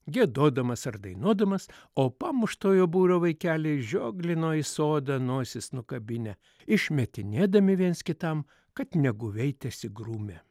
giedodamas ar dainuodamas o pamuštojo būrio vaikeliai žioglino į sodą nosis nukabinę išmetinėdami viens kitam kad neguvei tesigrūmė